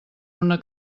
una